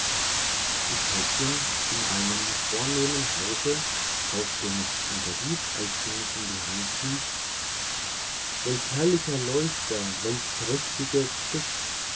die köchin in einem vornehmen hause kaufte mich und rief als sie mich in der hand hielt welch herrlicher leuchter welch prächtiges stück